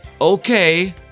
Okay